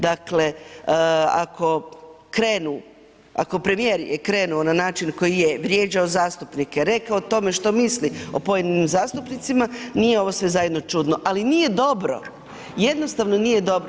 Dakle ako krenu, ako premijer je krenuo na način na koji je vrijeđao zastupnike, rekao o tome što misli o pojedinim zastupnicima, nije ovo sve zajedno čudno ali nije dobro, jednostavno nije dobro.